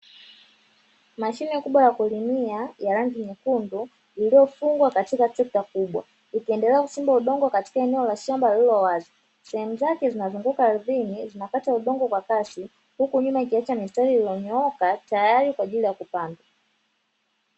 Mashine kubwa ya kulimia ya rangi nyekundu iliyofungwa katika trekta kubwa, ikiendelea kuchimba udongo katika eneo la shamba lililo wazi. Sehemu zake zinazunguka ardhini zikikata udongo kwa kasi huku nyuma ikiacha mistari iliyonyooka tayari kwa ajili ya kupandwa.